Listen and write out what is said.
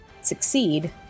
succeed